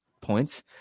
points